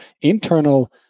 internal